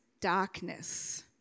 darkness